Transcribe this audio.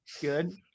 Good